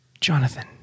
Jonathan